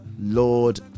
Lord